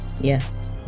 Yes